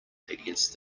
against